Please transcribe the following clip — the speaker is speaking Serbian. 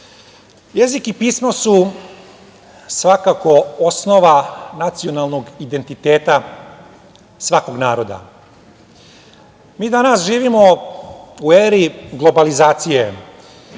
i pismo su svakako, osnova nacionalnog identiteta svakog naroda. Mi danas živimo u eri globalizacije,